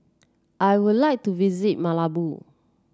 I would like to visit Malabo